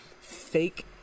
fake